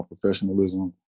professionalism